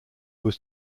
was